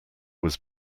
was